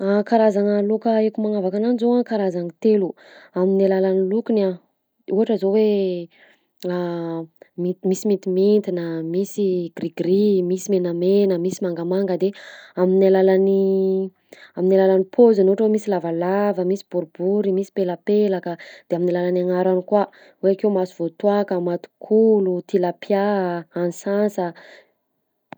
Karazagna laoka haiko magnavaka ananjy zao karazagny telo: amin'ny alalan'ny lokony a, ohatra zao hoe mety misy mintimintina, misy gris-gris, misy menamena, misy mangamanga; de amin'ny alalan'ny amin'ny alalan'ny paoziny ohatra hoe misy lavalava, misy boribory, misy pelapelaka; de amin'ny alalan'ny agnarany koa hoe akeo masovôtoaka, matikolo, tilapia, ansansa.